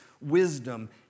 wisdom